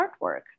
artwork